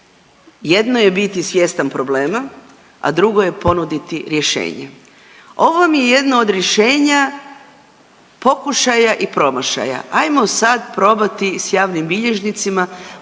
jedno je biti svjestan problema, a drugo je ponuditi rješenje. Ovo vam je jedno rješenja, pokušaja i promašaja. Ajmo sad probati s javnim bilježnicima,